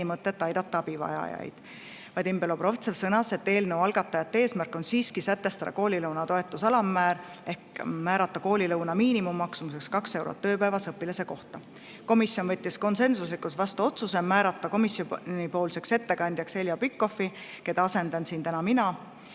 mõtet aidata abivajajaid. Vadim Belobrovtsev sõnas, et eelnõu algatajate eesmärk on siiski sätestada koolilõuna toetuse alammäär ehk määrata koolilõuna miinimummaksumuseks 2 eurot ööpäevas õpilase kohta. Komisjon võttis konsensuslikult vastu otsuse määrata komisjonipoolseks ettekandjaks Heljo Pikhof, keda asendan siin täna mina,